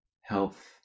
health